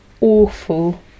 awful